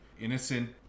innocent